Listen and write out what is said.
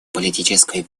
политической